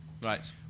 Right